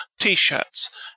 T-shirts